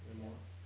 memoirs